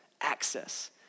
access